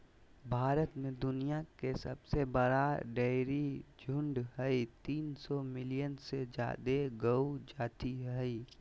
भारत में दुनिया के सबसे बड़ा डेयरी झुंड हई, तीन सौ मिलियन से जादे गौ जाती हई